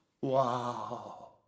Wow